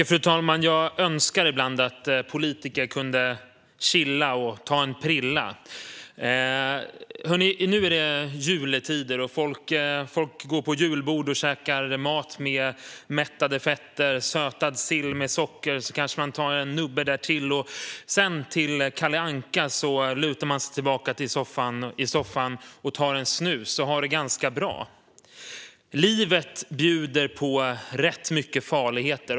Fru talman! Jag önskar ibland att politiker kunde chilla och ta en prilla. Nu är det juletider. Det är julbord, och folk käkar mat med mättade fetter och sill som är sötad med socker. Därtill kanske man tar en nubbe. Och framför Kalle Anka lutar man sig tillbaka i soffan och tar en prilla snus och har det ganska bra. Livet bjuder på rätt mycket farligheter.